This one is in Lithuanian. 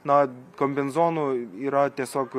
na kombinzonų yra tiesiog